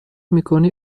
میکنی